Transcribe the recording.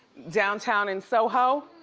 downtown in soho.